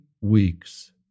weeks